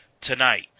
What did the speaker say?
tonight